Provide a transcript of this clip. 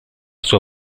sua